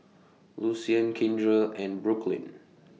Lucian Kindra and Brooklynn